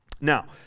Now